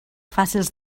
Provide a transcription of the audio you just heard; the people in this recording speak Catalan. fàcils